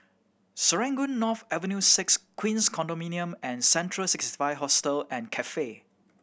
Serangoon North Avenue Six Queens Condominium and Central Sixty Five Hostel and Cafe